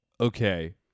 Okay